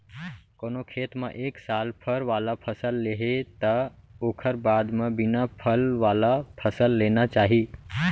कोनो खेत म एक साल फर वाला फसल ले हे त ओखर बाद म बिना फल वाला फसल लेना चाही